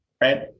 Right